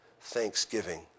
thanksgiving